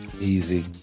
Easy